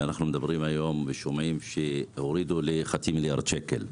ואנחנו מדברים היום ושומעים שהורידו לחצי מיליארד שקל.